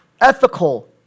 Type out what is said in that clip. ethical